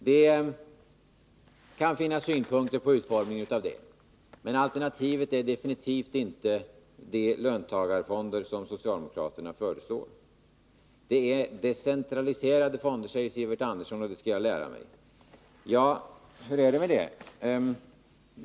Det kan finnas synpunkter på utformningen, men alternativet är definitivt inte de löntagarfonder som socialdemokraterna föreslår. Det är decentraliserade fonder, säger Sivert Andersson, och det skall jag lära mig. Hur är det med den saken?